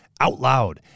OUTLOUD